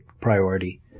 priority